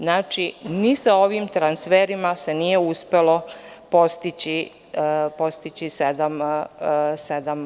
Znači, ni sa ovim transferima se nije uspelo postići 7%